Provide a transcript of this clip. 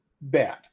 bad